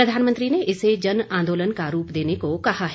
प्रधानमंत्री ने इसे जन आंदोलन का रूप देने को कहा है